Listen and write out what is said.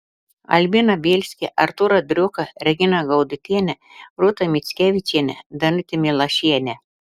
albiną bielskį artūrą driuką reginą gaudutienę rūtą mickevičienę danutę milašienę